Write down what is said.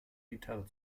gitarre